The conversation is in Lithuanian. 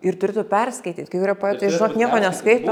ir turėtų perskaityt kai kurie poetai žok nieko neskaito